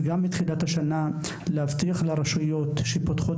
וגם בתחילת השנה להבטיח לרשויות שפותחות